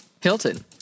Hilton